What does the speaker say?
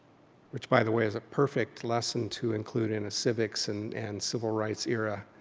which by the way is a perfect lesson to include in a civics and and civil rights era